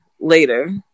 later